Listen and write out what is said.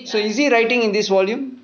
so is he writing in this volume